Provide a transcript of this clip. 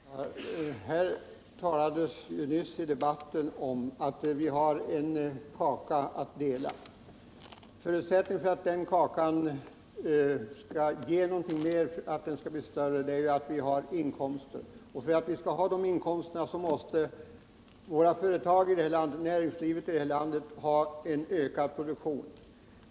Herr talman! Här talades nyss i debatten om att vi har en kaka att dela. Förutsättningen för att den kakan skall bli större är att vi har inkomster, och för att vi skall få dessa måste näringslivet i landet öka sin produktion.